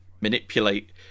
manipulate